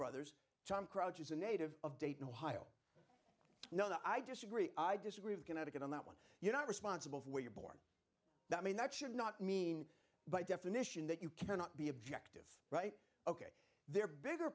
brothers tom crouch is a native of dayton ohio no i disagree i disagree of connecticut on that one you're not responsible when you're bored that mean that should not mean by definition that you cannot be objective right ok there bigger